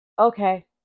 Okay